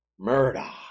Murda